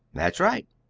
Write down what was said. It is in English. that's right.